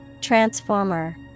Transformer